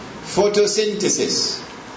Photosynthesis